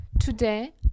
Today